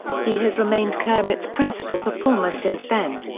he has remained kermit's principal performer since then.